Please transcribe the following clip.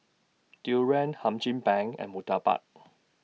Durian Hum Chim Peng and Murtabak